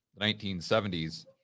1970s